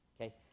Okay